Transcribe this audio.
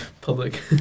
public